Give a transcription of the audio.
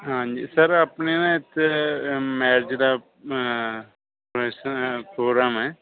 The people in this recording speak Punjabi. ਹਾਂਜੀ ਸਰ ਆਪਣੇ ਨਾ ਇੱਥੇ ਮੈਰੀਜ ਦਾ ਵੈਸਟਨ ਪ੍ਰੋਗਰਾਮ ਹੈ